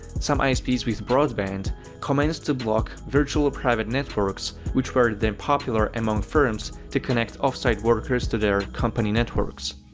some isps with broadband commenced to block virtual private networks, which were then popular among firms to connect off-site workers to their company networks.